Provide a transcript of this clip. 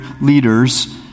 leaders